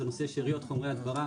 זה נושא שאריות חומרי הדברה.